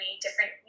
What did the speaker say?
different